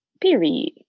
Period